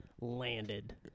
landed